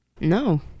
No